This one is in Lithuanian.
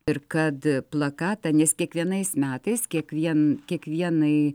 ir kad plakatą nes kiekvienais metais kiekvien kiekvienai